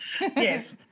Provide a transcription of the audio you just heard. Yes